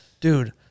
dude